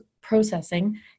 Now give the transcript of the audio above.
processing